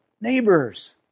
neighbors